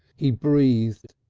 he breathed,